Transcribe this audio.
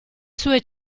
sue